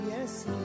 Yes